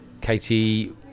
katie